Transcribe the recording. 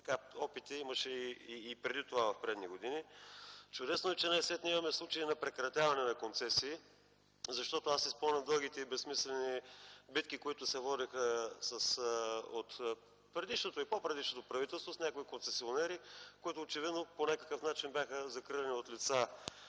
опити имаше и преди това, в предишни години. Чудесно е, че най-сетне имаме случаи на прекратяване на концесии, защото аз си спомням дългите и безсмислени битки, които се водеха от предишното и по-предишното правителство с някои концесионери, които очевидно по някакъв начин бяха закриляни от лица